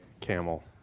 camel